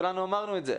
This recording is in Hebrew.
כולנו אמרנו את זה.